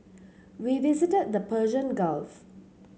we visited the Persian Gulf